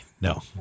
No